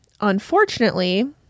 Unfortunately